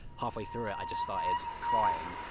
halfway through it i just started crying.